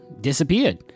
disappeared